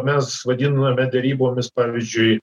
mes vadiname derybomis pavyzdžiui